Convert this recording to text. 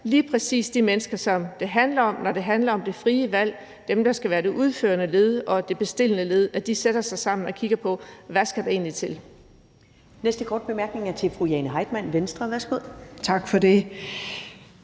lige præcis de mennesker, som det handler om, når det handler om det frie valg, altså dem, der skal være det udførende led og det bestillende led, og at de sætter sig sammen og kigger på, hvad der egentlig skal til. Kl. 15:44 Første næstformand (Karen Ellemann): Den næste korte